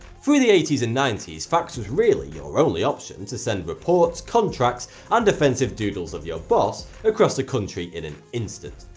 through the eighty s and ninety s, fax was really your only option to send reports, contracts and offensive doodles of boss, across the country in an instant.